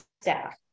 staff